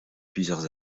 plusieurs